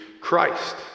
Christ